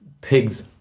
pigs